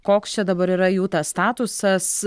koks čia dabar yra jų tas statusas